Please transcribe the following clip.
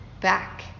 back